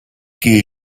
gehe